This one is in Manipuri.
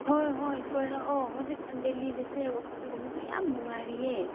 ꯍꯣꯏ ꯍꯣꯏ ꯀꯣꯏꯔꯛꯑꯣ ꯍꯧꯖꯤꯛ ꯀꯥꯟ ꯗꯦꯜꯂꯤꯁꯦ ꯋꯦꯗꯔꯒꯨꯝꯕꯁꯨ ꯌꯥꯝ ꯅꯨꯡꯉꯥꯏꯔꯤꯌꯦ